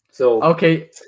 Okay